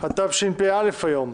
התשפ"א היום,